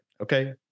okay